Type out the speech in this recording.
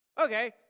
okay